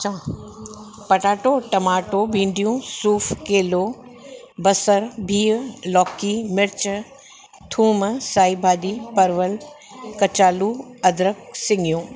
चवां potato tomato भिंडियूं सूफ़ केलो बसरि बीह लौकी मिर्च थूम साई भाॼी परवल कचालू अदरक सिंगियूं